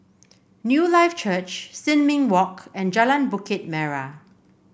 Newlife Church Sin Ming Walk and Jalan Bukit Merah